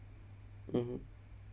mmhmm